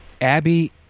Abby